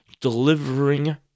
delivering